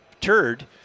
turd